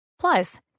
Plus